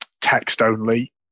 text-only